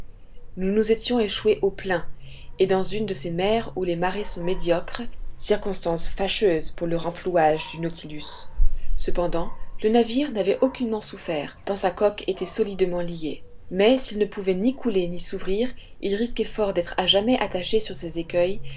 nous nous étions échoués au plein et dans une de ces mers où les marées sont médiocres circonstance fâcheuse pour le renflouage du nautilus cependant le navire n'avait aucunement souffert tant sa coque était solidement liée mais s'il ne pouvait ni couler ni s'ouvrir il risquait fort d'être à jamais attaché sur ces écueils